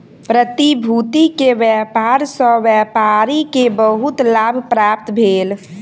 प्रतिभूति के व्यापार सॅ व्यापारी के बहुत लाभ प्राप्त भेल